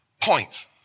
points